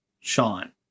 Sean